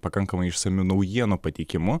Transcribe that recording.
pakankamai išsamiu naujienų pateikimu